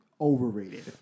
Overrated